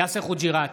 יאסר חוג'יראת,